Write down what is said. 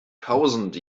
tausend